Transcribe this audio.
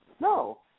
no